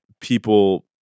people